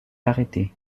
arrêté